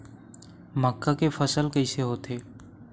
मक्का के फसल कइसे होथे?